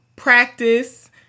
Practice